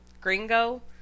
Gringo